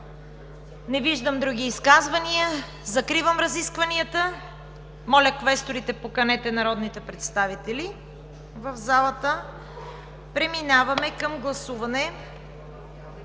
Не виждам. Закривам разискванията. Моля, квесторите, поканете народните представители в залата. Преминаваме към гласуване